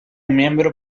miembro